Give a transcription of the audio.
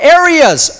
areas